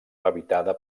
habitada